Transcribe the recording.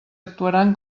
actuaran